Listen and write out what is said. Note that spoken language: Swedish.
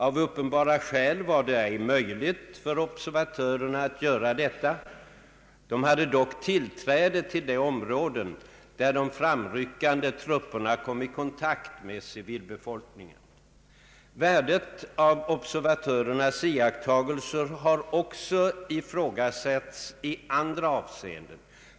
Av uppenbara skäl var det ej möjligt för observatörerna att göra detta. De hade dock tillträde till de områden där de framryckande trupperna kom i kontakt med civilbefolkningen. Värdet av observatörernas iakttagelser har också ifrågasatts i andra avseenden.